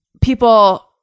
people